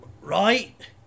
Right